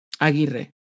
Aguirre